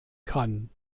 kann